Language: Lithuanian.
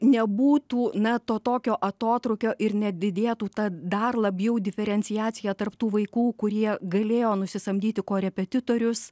nebūtų na to tokio atotrūkio ir nedidėtų ta dar labiau diferenciacija tarp tų vaikų kurie galėjo nusisamdyti korepetitorius